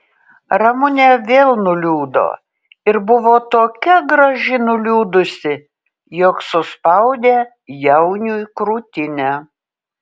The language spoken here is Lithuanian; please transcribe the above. ramunė vėl nuliūdo ir buvo tokia graži nuliūdusi jog suspaudė jauniui krūtinę